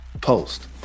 Post